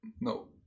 No